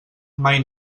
mai